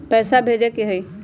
पैसा भेजे के हाइ?